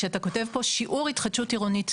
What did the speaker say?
כשאתה כותב פה על שיעור ההתחדשות העירונית,